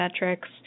metrics